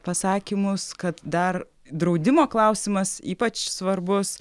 pasakymus kad dar draudimo klausimas ypač svarbus